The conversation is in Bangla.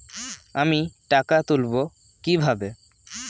আমি টাকা তুলবো কি ভাবে?